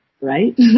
Right